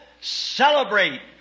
celebrate